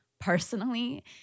personally